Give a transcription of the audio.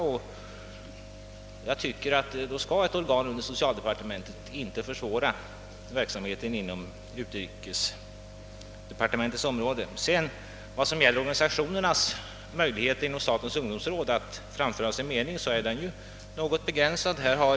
Och ett organ som lyder under socialdepartementet skall inte försvåra verksamheten inom utrikesdepartementets område. Vad beträffar organisationernas möjlighet att framföra sin mening inom statens ungdomsråd, så är den i viss mån begränsad.